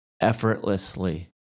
effortlessly